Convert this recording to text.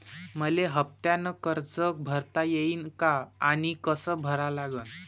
मले हफ्त्यानं कर्ज भरता येईन का आनी कस भरा लागन?